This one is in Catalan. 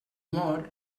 mor